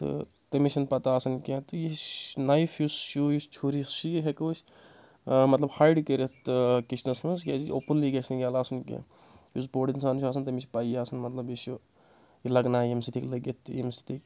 تہٕ تٔمِس چھَنہٕ پَتہ آسان کینٛہہ تہٕ یہِ نایِف یُس شو یُس چھُرۍ یہِ ہؠکو أسۍ مطلب ہایِڈ کٔرِتھ کِچنَس منٛز کیازِ کہِ اوٚپُنلی گژھِ نہٕ ییٚلہٕ آسُن کینٛہہ یُس بوٚڑ اِنسان چھُ آسان تٔمِس پَیی آسان مطلب یہِ چھُ یہِ لَگنایہِ ییٚمہِ سۭتۍ لٔگِتھ ییٚمہِ سۭتۍ ہَیٚکہِ